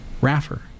Raffer